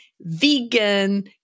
vegan